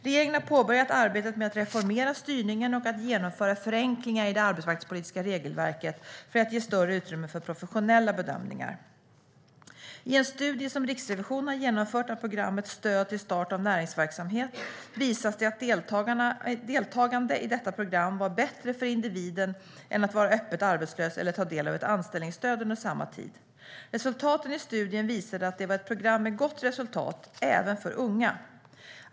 Regeringen har påbörjat arbetet med att reformera styrningen och att genomföra förenklingar i det arbetsmarknadspolitiska regelverket för att ge större utrymme för professionella bedömningar. I en studie som Riksrevisionen har genomfört av programmet Stöd till start av näringsverksamhet visas det att deltagande i detta program var bättre för individen än att vara öppet arbetslös eller ta del av ett anställningsstöd under samma tid. Resultaten i studien visade att det var ett program med gott resultat, även för unga.